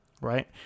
right